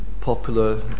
popular